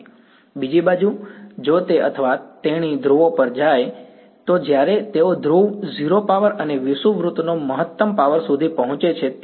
બીજી બાજુ જો તે અથવા તેણી ધ્રુવો પર જાય તો જ્યારે તેઓ ધ્રુવ 0 પાવર અને વિષુવવૃત્તનો મહત્તમ પાવર સુધી પહોંચે ત્યારે